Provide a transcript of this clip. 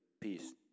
Peace